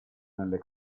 nelle